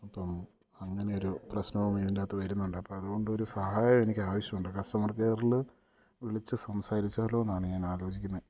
അപ്പം അങ്ങനെയൊരു പ്രശ്നവും ഇതിൻ്റകത്ത് വരുന്നുണ്ട് അപ്പം അതുകൊണ്ട് ഒരു സഹായം എനിക്ക് ആവശ്യമുണ്ട് കസ്റ്റമർ കെയറിൽ വിളിച്ചു സംസാരിച്ചാലോ എന്നാണ് ഞാൻ ആലോചിക്കുന്നത്